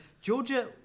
Georgia